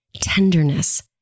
tenderness